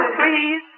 Please